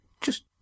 Just